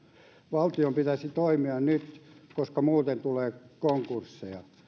valtion pitäisi toimia nyt koska muuten tulee konkursseja